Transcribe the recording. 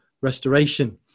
restoration